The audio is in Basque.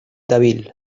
dabil